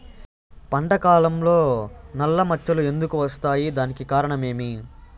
పంట కాలంలో నల్ల మచ్చలు ఎందుకు వస్తాయి? దానికి కారణం ఏమి?